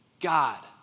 God